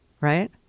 right